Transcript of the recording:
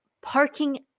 parking